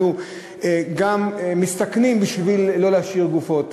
אנחנו גם מסתכנים בשביל לא להשאיר גופות,